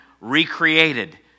recreated